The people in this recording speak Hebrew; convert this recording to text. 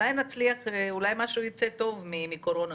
אולי יצא משהו טוב מהקורונה,